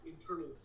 internal